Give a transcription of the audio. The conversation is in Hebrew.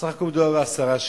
בסך הכול מדובר ב-10 שקלים,